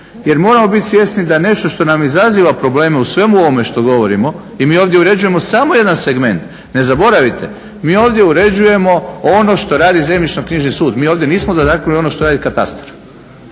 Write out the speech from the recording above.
jer moramo bit svjesni da nešto nam izaziva probleme u svemu ovome što govorimo i mi ovdje uređujemo samo jedan segment. Ne zaboravite, mi ovdje uređujemo ono što radi zemljišno-knjižni sud. Mi ovdje nismo da … ono što radi katastar